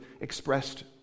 expressed